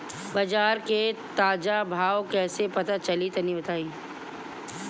बाजार के ताजा भाव कैसे पता चली तनी बताई?